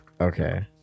Okay